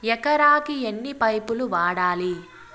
ఎకరాకి ఎన్ని పైపులు వాడాలి?